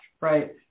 right